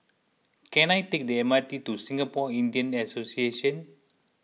can I take the M R T to Singapore Indian Association